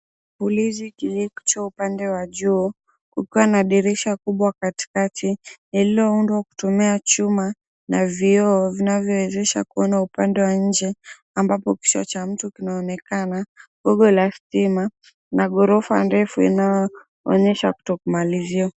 Ulizi kilicho upande wa juu, kukiwa na dirisha kubwa katikakati iliyoundwa kutumia chuma na vioo vinavyowezesha kuona upande wa inje ambapo kichwa cha mtu kinaonekana, gogo la stima na ghorofa ndefu inayoonyesha kutokumalizia.